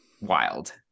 wild